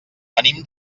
venim